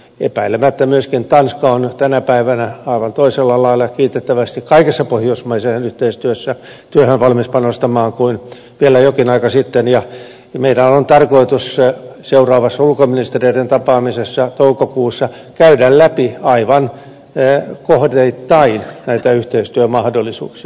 epäilemättä myöskin tanska on tänä päivänä kaikkeen pohjoismaiseen yhteistyöhön aivan toisella lailla kiitettävästi kaikissa pohjoismaiseen yhteistyössä työ on valmis panostamaan kuin vielä jokin aika sitten ja meidän on tarkoitus seuraavassa ulkoministereiden tapaamisessa toukokuussa käydä läpi aivan kohteittain näitä yhteistyömahdollisuuksia